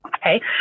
Okay